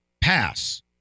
pass